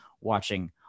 watching